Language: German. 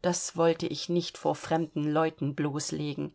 das wollte ich nicht vor fremden leuten bloßlegen